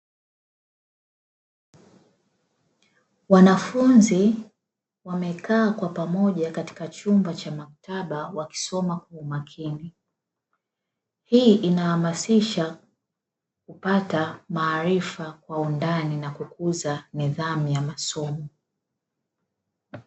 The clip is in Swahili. Wanafunzi wamekaa kwa pamoja katika chumba cha maktaba wakisoma kwa umakini. Hii inawahamasisha kupata maarifa kwa undani na kukuza nidhamu ya masomo.